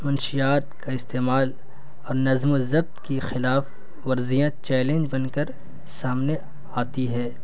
منشیات کا استعمال اور نظم و ضبط کی خلاف ورزیاں چیلنج بن کر سامنے آتی ہے